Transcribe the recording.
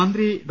മന്ത്രി ഡോ